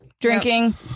Drinking